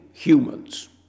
Humans